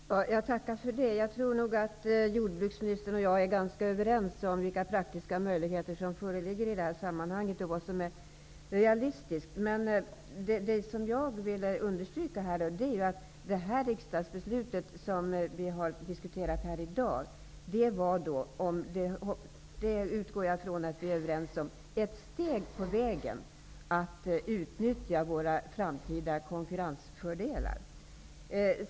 Herr talman! Jag tackar för det. Jag tror att jordbruksministern och jag är ganska överens om vilka praktiska möjligheter som föreligger i det här sammanhanget och vad som är realistiskt. Men det som jag vill understryka är att det riksdagsbeslut som vi har diskuterat här i dag var ett steg på vägen att utnyttja våra framtida konkurrensfördelar. Jag utgår från att vi är överens om det också.